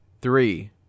Three